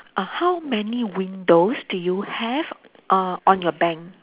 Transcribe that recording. uh how many windows do you have uh on your bank